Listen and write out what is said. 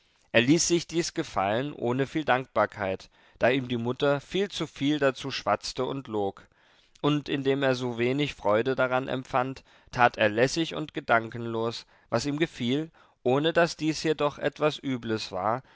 er ließ sich dies gefallen ohne viel dankbarkeit da ihm die mutter viel zu viel dazu schwatzte und log und indem er so wenig freude daran empfand tat er lässig und gedankenlos was ihm gefiel ohne daß dies jedoch etwas übles war